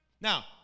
Now